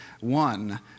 one